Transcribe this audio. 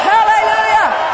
Hallelujah